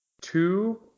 two